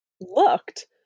looked